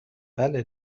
بله